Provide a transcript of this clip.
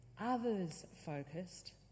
others-focused